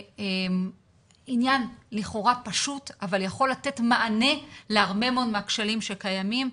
זה עניין לכאורה פשוט אבל יכול לתת מענה להרבה מאוד מהכשלים שקיימים.